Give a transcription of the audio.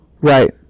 Right